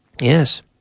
Yes